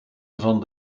van